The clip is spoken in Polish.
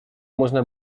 można